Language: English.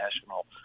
national